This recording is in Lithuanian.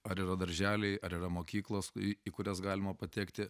ar yra darželiai ar yra mokyklos į į kurias galima patekti